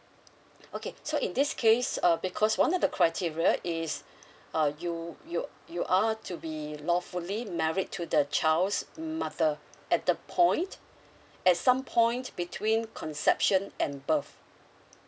okay so in this case uh because one of the criteria is uh you you you are to be lawfully married to the child's mother at the point at some points between conception and birth